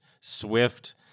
swift